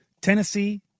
Tennessee